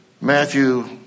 Matthew